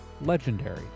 legendary